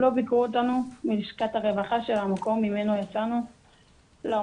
לא ביקרו אותנו מלשכת הרווחה של המקום ממנו יצאנו לאומנה